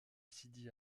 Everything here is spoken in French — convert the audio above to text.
sidi